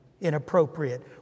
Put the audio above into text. inappropriate